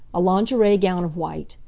a lingerie gown of white,